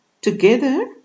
together